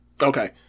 Okay